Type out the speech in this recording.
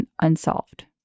unsolved